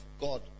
God